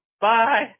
bye